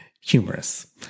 humorous